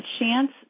chance